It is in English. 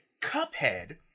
Cuphead